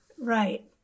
Right